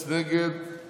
מברוכ, מקלב, מברוכ.